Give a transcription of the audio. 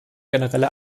generelle